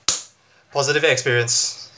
positive experience